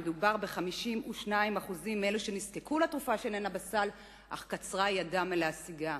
מדובר ב-52% מאלו שנזקקו לתרופה שאיננה בסל אך קצרה ידם מלהשיגה.